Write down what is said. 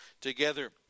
together